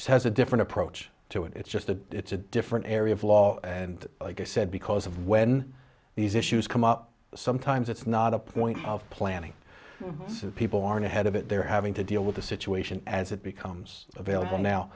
it has a different approach to it it's just that it's a different area of law and like i said because of when these issues come up sometimes it's not a point of planning so people aren't ahead of it they're having to deal with the situation as it becomes available now